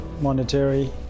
monetary